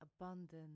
abundant